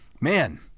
man